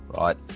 right